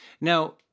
Now